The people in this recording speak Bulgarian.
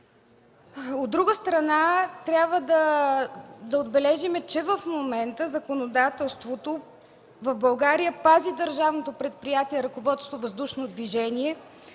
От друга страна трябва да отбележим, че в момента законодателството в България пази Държавното предприятие „Ръководство Въздушно движение”